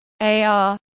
AR